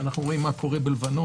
אנחנו רואים מה קורה בלבנון.